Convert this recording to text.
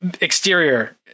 exterior